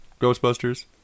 Ghostbusters